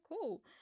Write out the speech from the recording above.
cool